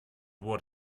what